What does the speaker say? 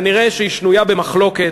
נראה שהיא שנויה במחלוקת.